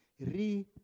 Re